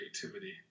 creativity